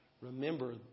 remember